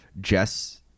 Jess